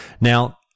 Now